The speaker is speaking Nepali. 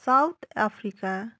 south Africa